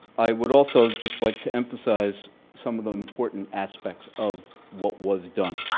i would also just like to emphasize some of the important aspects of what was done.